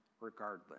regardless